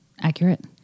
accurate